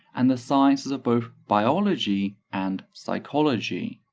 and the sciences of both biology and psychology.